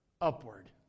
upward